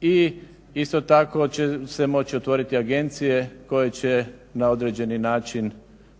i isto tako će se moći otvoriti agencije koje će na određeni način